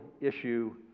issue